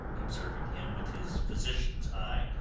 observing him with his physician's eye,